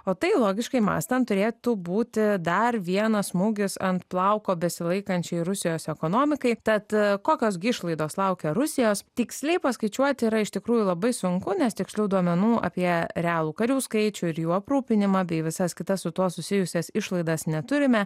o tai logiškai mąstant turėtų būti dar vienas smūgis ant plauko besilaikančiai rusijos ekonomikai tad kokios gi išlaidos laukia rusijos tiksliai paskaičiuot yra iš tikrųjų labai sunku nes tikslių duomenų apie realų karių skaičių ir jų aprūpinimą bei visas kitas su tuo susijusias išlaidas neturime